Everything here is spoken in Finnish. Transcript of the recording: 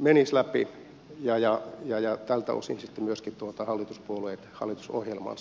menisi läpi ja tältä osin sitten myöskin hallituspuolueet hallitusohjelmaansa kunnioittaisivat